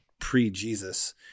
pre-jesus